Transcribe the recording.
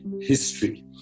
history